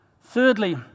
Thirdly